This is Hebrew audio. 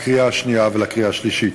לקריאה השנייה ולקריאה השלישית.